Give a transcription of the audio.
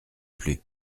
plus